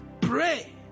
pray